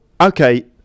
okay